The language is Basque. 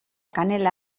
kanela